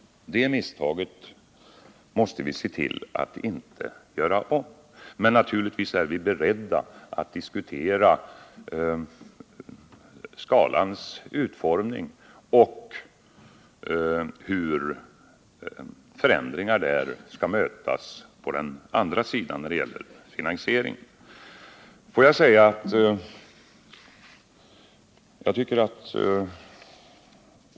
Det misstaget måste vi se till att inte göra om. Men naturligtvis är vi beredda att diskutera skalans utformning och hur förändringar i den skall finansieras.